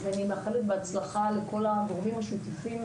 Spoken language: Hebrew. אז אני מאחלת בהצלחה לכל הגורמים השותפים